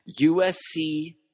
USC